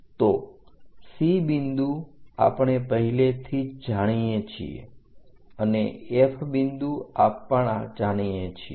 તો C બિંદુ આપણે પહેલેથી જ જાણીએ છીએ અને F બિંદુ પણ આપણે જાણીએ છીએ